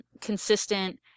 consistent